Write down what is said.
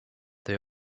they